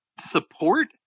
support